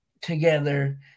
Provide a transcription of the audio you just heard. together